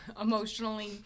emotionally